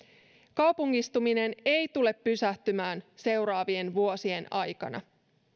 kaupungistuminen ei tule pysähtymään seuraavien vuosien aikana